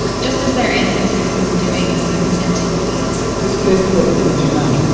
just as their ancestors have been doing since antiquity this place called al-jinan.